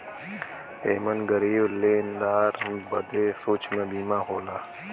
एमन गरीब लेनदार बदे सूक्ष्म बीमा होला